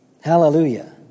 Hallelujah